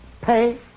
pay